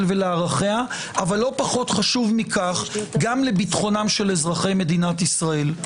ולערכיה אך לא פחות חשוב מכך גם לביטחונם של אזרחי ישראל.